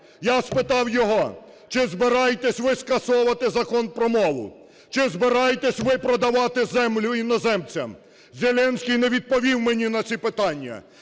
я спитав його: "Чи збираєтьсь ви скасовувати Закон про мову? Чи збираєтесь ви продавати землю іноземцям?" Зеленський не відповів мені на ці питання.